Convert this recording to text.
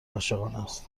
عاشقانست